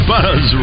Buzz